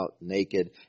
naked